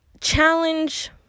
challenge